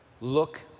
look